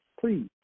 please